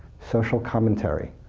social commentary.